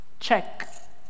check